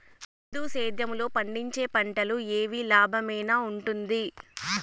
బిందు సేద్యము లో పండించే పంటలు ఏవి లాభమేనా వుంటుంది?